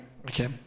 okay